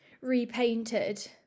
repainted